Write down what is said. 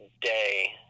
day